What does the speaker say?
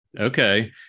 Okay